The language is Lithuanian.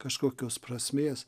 kažkokios prasmės